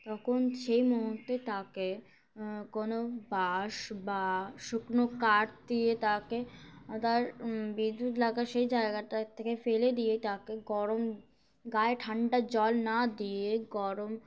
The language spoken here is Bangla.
তখন সেই মহূর্তে তাকে কোনো বাঁশ বা শুকনো কাঠ দিয়ে তাকে তার বিদ্যুৎ লাগা সেই জায়গাটা থেকে ফেলে দিয়েই তাকে গরম গায়ে ঠান্ডা জল না দিয়ে গরম